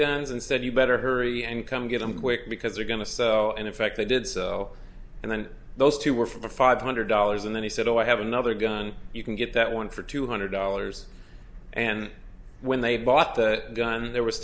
handguns and said you better hurry and come get them quick because they're going to sell and in fact they did sell and then those two were five hundred dollars and then he said oh i have another gun you can get that one for two hundred dollars and when they bought that gun there was